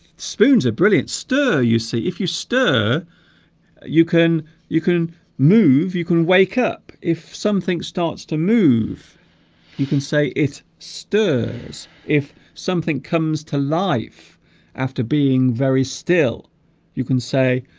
spoons are brilliant stir you see if you stir you can you can move you can wake up if something starts to move you can say it stirs if something comes to life after being very still you can say